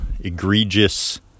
egregious